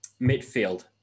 midfield